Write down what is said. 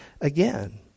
again